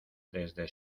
desde